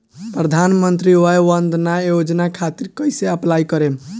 प्रधानमंत्री वय वन्द ना योजना खातिर कइसे अप्लाई करेम?